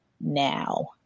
now